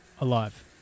alive